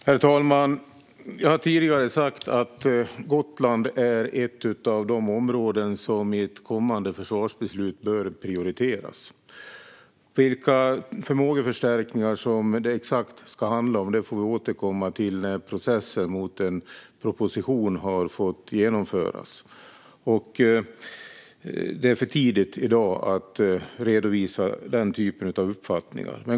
Herr talman! Som jag tidigare har sagt är Gotland ett av de områden som bör prioriteras i ett kommande försvarsbeslut. Vilka förmågeförstärkningar som det exakt ska handla om får vi återkomma till när processen mot en proposition har fått genomföras. Det är i dag för tidigt att redovisa den typen av uppfattningar.